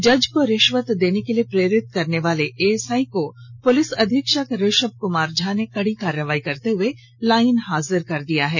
जज को रिश्वत देने के लिए प्रेरित करने वाले एएसआई को पुलिस अधीक्षक ऋषव कुमार झा ने कड़ी कार्रवाई करते हुए लाइन हाजिर कर दिया है